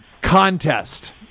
Contest